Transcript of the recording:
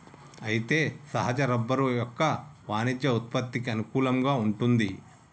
అయితే సహజ రబ్బరు యొక్క వాణిజ్య ఉత్పత్తికి అనుకూలంగా వుంటుంది